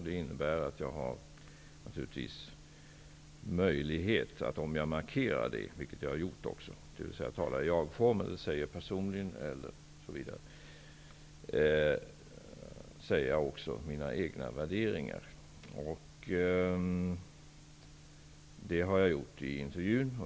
Det innebär att jag har möjlighet att ge uttryck för mina egna värderingar, när jag markerar att jag talar i jag-form eller att jag yttrar mig personligen, vilket jag också har gjort i intervjun.